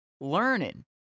learning